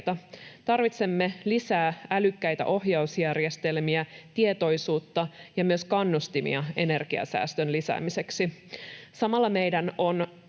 Tarvitsemme lisää älykkäitä ohjausjärjestelmiä, tietoisuutta ja myös kannustimia energiansäästön lisäämiseksi. Samalla meidän on